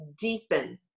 deepen